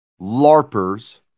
LARPers